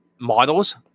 models